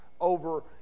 over